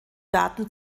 daten